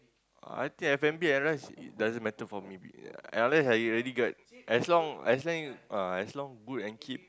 I think F-and-B at rest doesn't matter for me unless I already got as long as as long uh as long good and keep